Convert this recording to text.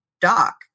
doc